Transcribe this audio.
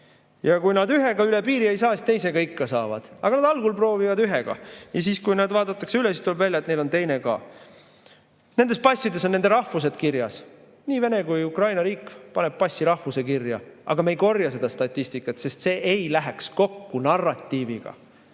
Kui nad ühega üle piiri ei saa, siis teisega ikka saavad. Nad algul proovivad ühega ja siis, kui nad vaadatakse üle, tuleb välja, et neil on teine ka. Nendes passides on nende rahvus kirjas, nii Vene kui Ukraina riik paneb passi rahvuse kirja, aga me ei korja seda statistikat, sest see ei läheks kokku narratiiviga.